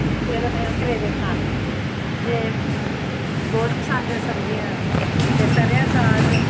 ते फिर असें ओह् करेले खाने ते बोह्त पसंद ऐ सब्जियां ते सरेआं साग